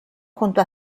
junto